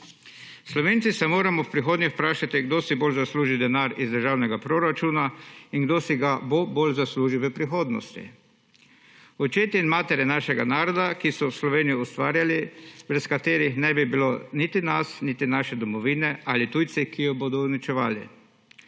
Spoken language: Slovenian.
Slovenci se moramo v prihodnje vprašati, kdo si bolj zasluži denar iz državnega proračuna in kdo si ga bolj zasluži v prihodnosti – očetje in matere našega naroda, ki so Slovenijo ustvarjali, brez katerih ne bi bilo niti nas niti naše domovine, ali tujci, ki jo bodo uničevali?